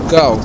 go